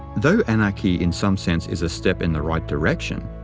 though anarchy in some sense is a step in the right direction,